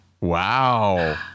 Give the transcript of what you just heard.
Wow